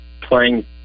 playing